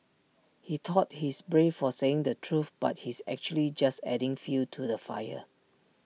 he thought he's brave for saying the truth but he's actually just adding fuel to the fire